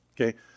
Okay